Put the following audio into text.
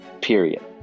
period